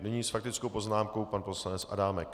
Nyní s faktickou poznámkou pan poslanec Adámek.